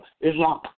Islam